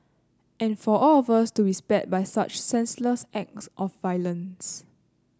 and for all of us to be spared by such senseless act of violence